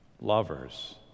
Lovers